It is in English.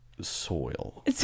Soil